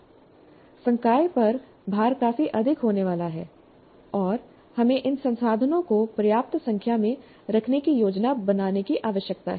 संकाय पर भार काफी अधिक होने वाला है और हमें इन संसाधनों को पर्याप्त संख्या में रखने की योजना बनाने की आवश्यकता है